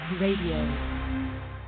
Radio